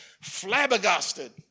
flabbergasted